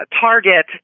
Target